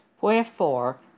wherefore